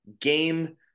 game